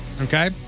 Okay